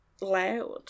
loud